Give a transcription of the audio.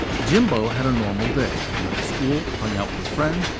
jimbo had a normal day. he went to school, hung out with his friends,